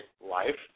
life